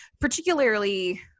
particularly